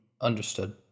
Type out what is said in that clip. Understood